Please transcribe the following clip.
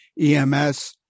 EMS